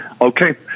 Okay